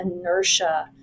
inertia